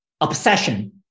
obsession